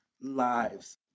lives